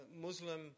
Muslim